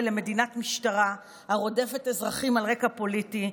למדינת משטרה הרודפת אזרחים על רקע פוליטי,